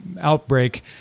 outbreak